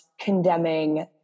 condemning